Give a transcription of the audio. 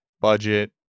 budget